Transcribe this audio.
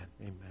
amen